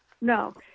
no